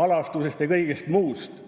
halastusest ja kõigest muust.